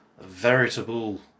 veritable